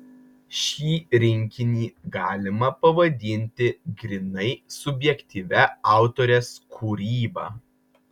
šį rinkinį galima pavadinti grynai subjektyvia autorės kūryba